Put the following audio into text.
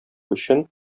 өчен